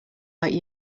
like